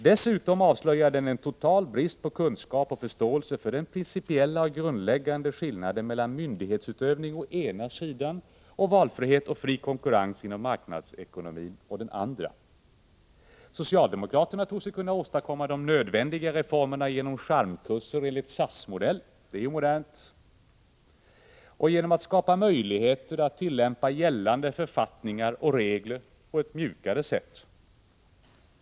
Dessutom avslöjar den en total brist på kunskap och förståelse för den principiella och grundläggande skillnaden mellan myndighetsutövning å ena sidan och valfrihet och fri konkurrens inom marknadsekonomin å den andra. Socialdemokraterna tror sig kunna åstadkomma de nödvändiga reformerna genom charmkurser enligt SAS-modell — det är ju modernt — och genom att skapa möjligheter att tillämpa gällande författningar och regler på ett mjukare sätt.